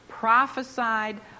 prophesied